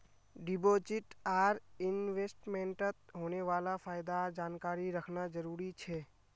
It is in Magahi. डिपॉजिट आर इन्वेस्टमेंटत होने वाला फायदार जानकारी रखना जरुरी छे